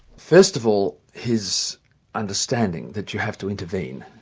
first of all his understanding that you have to intervene,